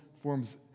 forms